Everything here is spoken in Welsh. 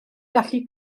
gallu